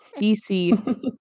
DC